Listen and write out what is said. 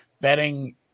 Betting